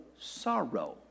sorrow